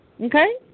Okay